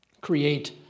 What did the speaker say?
create